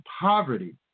poverty